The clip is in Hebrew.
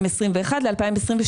לבין 2022,